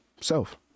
self